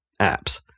apps